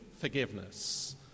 forgiveness